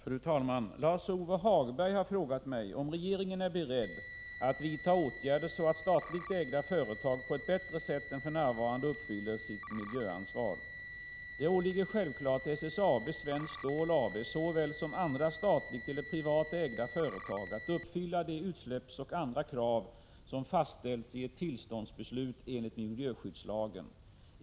Fru talman! Lars-Ove Hagberg har frågat mig om regeringen är beredd att vidta åtgärder så att statligt ägda företag på ett bättre sätt än för närvarande uppfyller sitt miljöansvar. Det åligger självfallet SSAB, Svenskt Stål AB, såväl som andra statligt eller privat ägda företag att uppfylla de utsläppskrav och andra krav som fastställts i ett tillståndsbeslut enligt miljöskyddslagen.